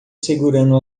segurando